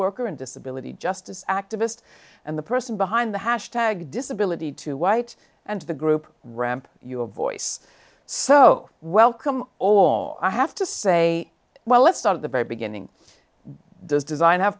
worker and disability justice activist and the person behind the hash tag disability to white and to the group ramp your voice so welcome all i have to say well let's start at the very beginning does design